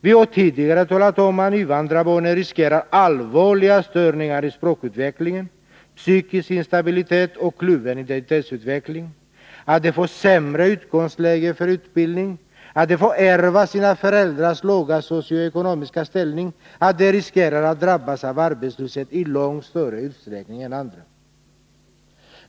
Vi har tidigare talat om att invandrarbarnen riskerar allvarliga störningar i språkutvecklingen, psykisk instabilitet och kluven identitetsutveckling, att de får sämre utgångsläge för utbildning, att de får ärva sina föräldrars låga socio-ekonomiska ställning, att de riskerar att drabbas av arbetslöshet i långt större utsträckning än andra.